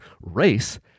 race